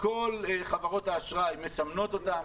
כל חברות האשראי מסמנות אותם,